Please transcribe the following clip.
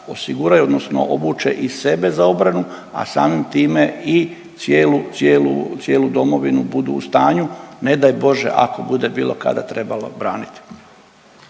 odnosno obuče i sebe za obranu, a samim time i cijelu, cijelu, cijelu domovinu budu u stanju ne daj Bože ako bude bilo kada trebalo braniti.